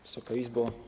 Wysoka Izbo!